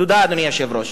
תודה, אדוני היושב-ראש.